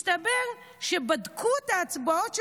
מסתבר שבדקו את ההצבעות שלו,